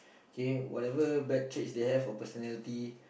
okay whatever bad traits they have or personality